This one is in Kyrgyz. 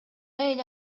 эле